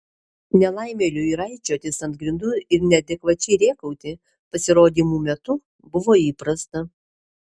nelaimėliui raičiotis ant grindų ir neadekvačiai rėkauti pasirodymų metu buvo įprasta